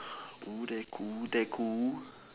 oo that cool that cool